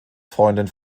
freundin